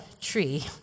tree